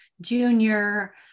Junior